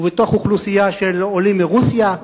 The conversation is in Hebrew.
ובתוך אוכלוסייה של עולים מרוסיה.